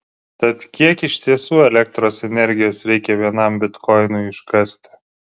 tad kiek iš tiesų elektros energijos reikia vienam bitkoinui iškasti